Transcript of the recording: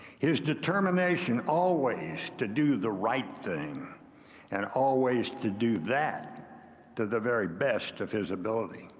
his determination always to do the right thing and always to do that to the very best of his ability.